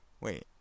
Wait